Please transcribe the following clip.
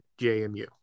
JMU